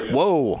Whoa